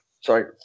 sorry